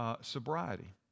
Sobriety